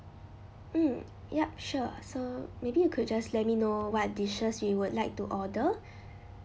mm yup sure so maybe you could just let me know what dishes you would like to order